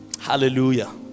hallelujah